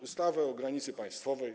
Ustawę o granicy państwowej.